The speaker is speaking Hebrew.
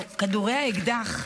כדורי האקדח,